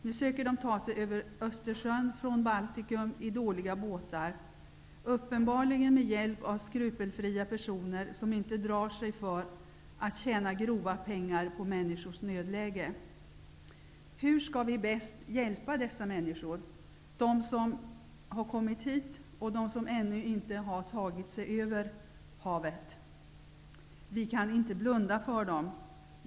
Nu försöker de ta sig över Östersjön från Baltikum i dåliga båtar, uppenbarligen med hjälp av skrupelfria personer, som inte drar sig för att tjäna grova pengar på människors nödläge. Hur skall vi bäst kunna hjälpa dessa männi skor -- de som har kommit hit och de som ännu inte har tagit sig över havet? Vi kan inte blunda för dem.